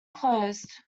closed